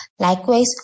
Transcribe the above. Likewise